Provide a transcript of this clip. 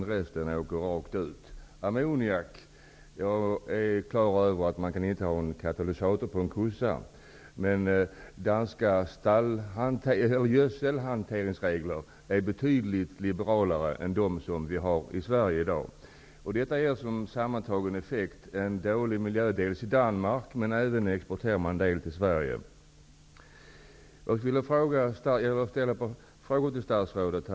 När det gäller ammoniak är jag klar över att man inte kan ha en katalysator på en kossa, men danska gödselhanteringsregler är betydligt liberalare än de svenska. Den sammantagna effekten är en dålig miljö i Danmark, som till en del även exporteras till Jag skulle vilja ställa ett par frågor till statsrådet.